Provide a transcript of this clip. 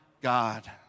God